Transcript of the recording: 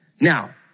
Now